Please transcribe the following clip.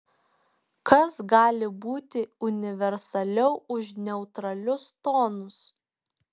kas gali būti universaliau už neutralius tonus